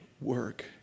work